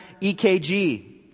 EKG